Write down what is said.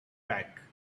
back